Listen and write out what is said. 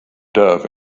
dove